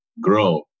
grow